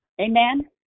Amen